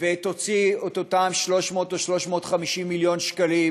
ותוציא את אותם 300 או 350 מיליון שקלים